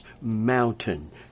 mountain